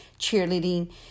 cheerleading